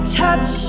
touch